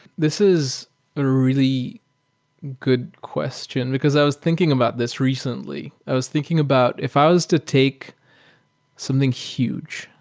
this is a really good question, because i was thinking about this recently. i was thinking about if i was to take something huge,